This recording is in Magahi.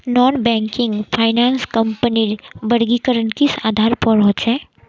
नॉन बैंकिंग फाइनांस कंपनीर वर्गीकरण किस आधार पर होचे?